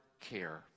care